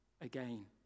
again